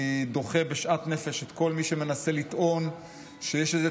אני דוחה בשאט נפש את כל מי שמנסה לטעון שיש איזה